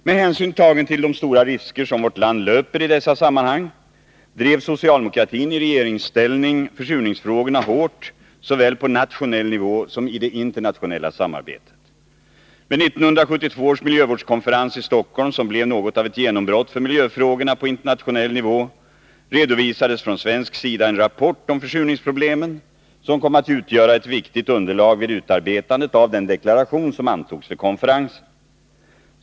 Med hänsyn tagen till de stora risker som vårt land löper i dessa sammanhang drev socialdemokratin i regeringsställning försurningsfrågorna hårt såväl på nationell nivå som i det internationella samarbetet. Vid 1972 års miljövårdskonferens i Stockholm, som blev något av ett genombrott för miljöfrågorna på internationell nivå, redovisades från svensk sida en rapport om försurningsproblemen som kom att utgöra ett viktigt underlag vid utarbetandet av den deklaration som antogs vid konferensen.